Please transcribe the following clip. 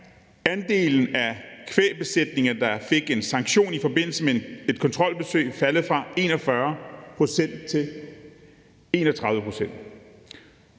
andelen af kvægbesætninger, der fik en sanktion i forbindelse med et kontrolbesøg, faldet fra 41 pct. til 31 pct.